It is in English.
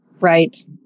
Right